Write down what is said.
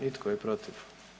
I tko je protiv?